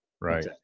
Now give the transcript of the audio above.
right